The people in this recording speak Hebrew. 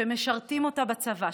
שמשרתים אותה בצבא,